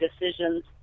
decisions